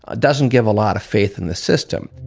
ah doesn't give a lot of faith in the system,